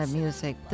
music